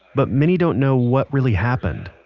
but many don't know what really happened,